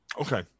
Okay